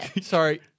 Sorry